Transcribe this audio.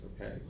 Okay